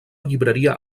llibreria